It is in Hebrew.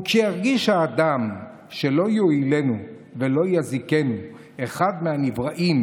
וכשירגיש האדם שלא יועילנו ולא יזיקנו אחד מהנבראים,